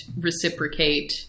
reciprocate